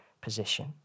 position